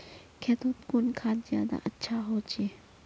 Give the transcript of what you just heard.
खेतोत कुन खाद ज्यादा अच्छा होचे?